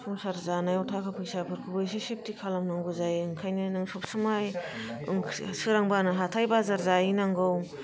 संसार जानायाव थाखा फैसाफोरखौबो एसे सेफथि खालामनांगौ जायो ओंखायनो नों सबसमाय ओंख्रि सोरांबानो हाथाय बाजार जाहैनांगौ